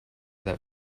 that